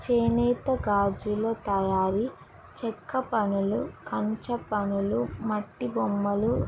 చేనేత గాజుల తయారీ చెక్క పనులు కంచ పనులు మట్టి బొమ్మలు